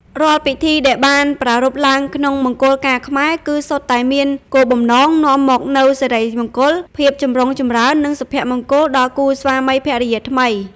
រាល់ពិធីដែលបានប្រារព្ធឡើងក្នុងមង្គលការខ្មែរ គឺសុទ្ធតែមានគោលបំណង នាំមកនូវសិរីមង្គល ភាពចម្រុងចម្រើន និងសុភមង្គល ដល់គូស្វាមីភរិយាថ្មី ។